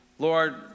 Lord